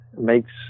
makes